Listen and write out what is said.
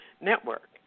Network